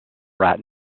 rat